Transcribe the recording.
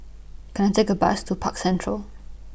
Can I Take A Bus to Park Central